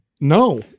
No